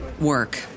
work